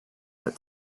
that